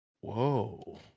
Whoa